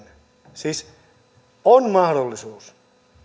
siis on mahdollisuus